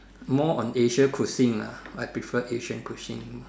more on Asian cuisine lah I prefer Asian cuisine